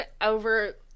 over